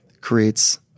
creates